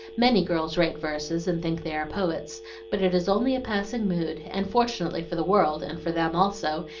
many girls write verses and think they are poets but it is only a passing mood, and fortunately for the world, and for them also,